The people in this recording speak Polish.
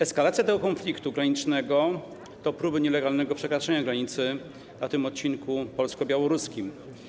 Eskalacja tego konfliktu granicznego to próby nielegalnego przekraczania granicy na odcinku polsko-białoruskim.